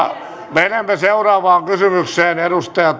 menemme seuraavaan kysymykseen edustaja